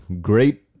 Great